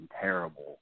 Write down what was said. terrible